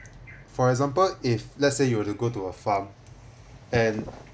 for example if let's say you have to go to a farm and